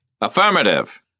Affirmative